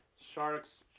Sharks